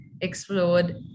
explored